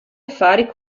affari